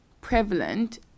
prevalent